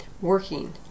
working